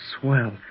Swell